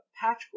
patchwork